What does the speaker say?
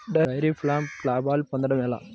Dairy ఫామ్లో లాభాలు పొందడం ఎలా?